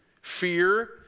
fear